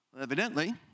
Evidently